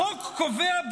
החוק קובע,